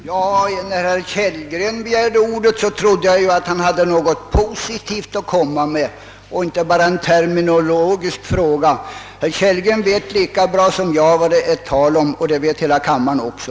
Herr talman! När herr Kellgren begärde ordet trodde jag att han hade något positivt att komma med och inte bara med en terminologisk fråga. Herr Kellgren vet lika bra som jag vad det är tal om, och det vet hela kammaren också.